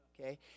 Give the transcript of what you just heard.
okay